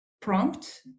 prompt